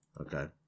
Okay